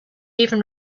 even